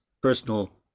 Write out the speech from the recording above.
personal